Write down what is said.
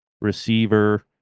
receiver